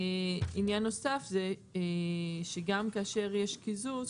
עניין נוסף זה שגם כאשר יש קיזוז,